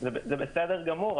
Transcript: זה בסדר גמור,